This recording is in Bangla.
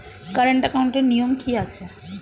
কারেন্ট একাউন্টের নিয়ম কী আছে?